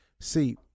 See